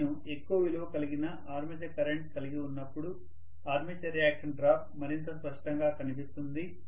నేను ఎక్కువ విలువ కలిగిన ఆర్మేచర్ కరెంట్ కలిగి ఉన్నప్పుడు ఆర్మేచర్ రియాక్షన్ డ్రాప్ మరింత స్పష్టంగా కనిపిస్తుంది